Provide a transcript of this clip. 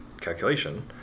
calculation